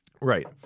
Right